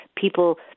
people